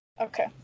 Okay